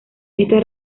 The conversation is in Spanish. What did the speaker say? estas